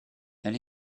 then